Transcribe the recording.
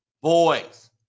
Boys